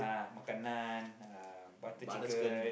uh makan naan ah butter chicken